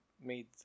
made